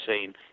seen